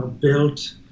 built